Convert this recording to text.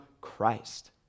Christ